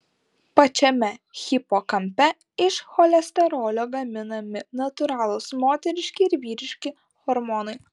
pačiame hipokampe iš cholesterolio gaminami natūralūs moteriški ir vyriški hormonai